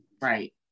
Right